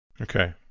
Okay